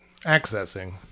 Accessing